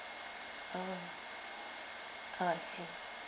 oh I see